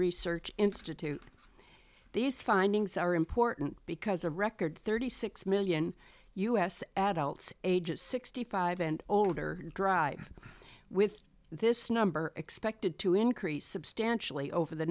research institute these findings are important because a record thirty six million u s adults ages sixty five and older drive with this number expected to increase substantially over the